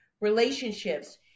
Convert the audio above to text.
relationships